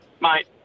Mate